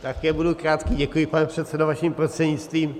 Také budu krátký, děkuji, pane předsedo, vaším prostřednictvím.